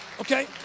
Okay